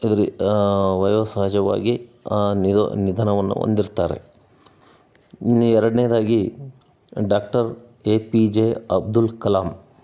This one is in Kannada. ಇದ್ರಿ ವಯೋಸಹಜವಾಗಿ ನಿಧನವನ್ನು ಹೊಂದಿರ್ತಾರೆ ಇನ್ನೂ ಎರಡನೆಯದಾಗಿ doctor A P J Abdul Kalam